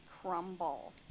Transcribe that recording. Crumble